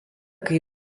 kai